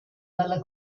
dalla